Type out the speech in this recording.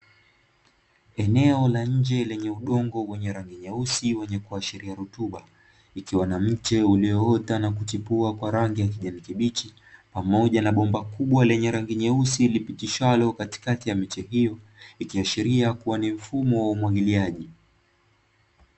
Eneo la nje lenye udongo wenye rangi nyeusi wenye kuashiria rutuba, ikiwa na mche ulioota na kuchipua kwa rangi ya kijani kibichi pamoja na bomba kubwa nyeusi lipitishwalo katikati ya miche hiyo, ikiashiria kuwa ni mfumo wa umwagiliaji.